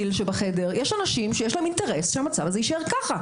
יש אנשים שיש להם אינטרס שהמצב הזה יישאר כך.